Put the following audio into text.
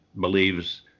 believes